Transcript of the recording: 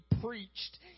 preached